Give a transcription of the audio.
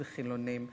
זה חילונים,